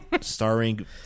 starring